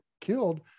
Killed